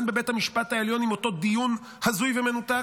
הן בבית המשפט העליון עם אותו דיון הזוי ומנותק,